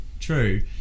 true